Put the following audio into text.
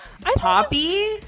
poppy